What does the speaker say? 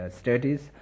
studies